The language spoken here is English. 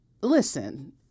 listen